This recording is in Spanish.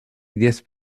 diez